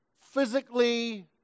physically